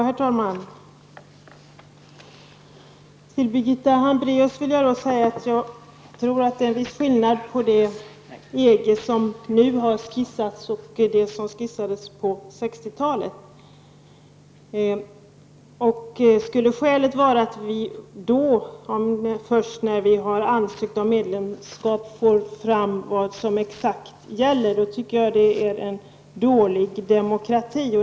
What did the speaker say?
Herr talman! Jag tror, Birgitta Hambraeus, att det är en viss skillnad mellan det EG som nu har skisserats och det EG som skisserades på 60-talet. Om det är så, att vi får exakt information om vad som gäller först efter det att Sverige har ansökt om medlemskap, tycker jag att det är dåligt ställt med demokratin.